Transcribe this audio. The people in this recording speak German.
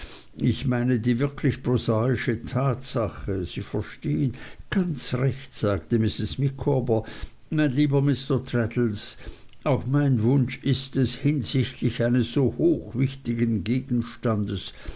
ich meine die wirkliche prosaische tatsache sie verstehen ganz recht sagte mrs micawber mein lieber mr traddles auch mein wunsch ist es hinsichtlich eines so hochwichtigen gegenstandes